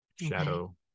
shadow